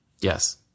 Yes